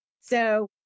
So-